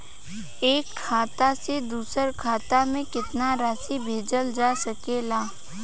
एक खाता से दूसर खाता में केतना राशि भेजल जा सके ला?